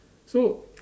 so